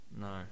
No